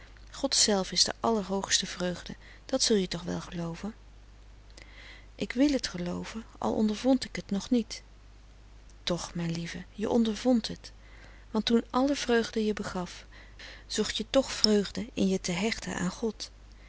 god zelf is de allerhoogste vreugde dat zul je toch wel gelooven ik wil het gelooven al ondervond ik t nog niet toch mijn lieve je ondervond het want toen alle vreugde je begaf zocht je toch vreugde in je te frederik van